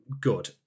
good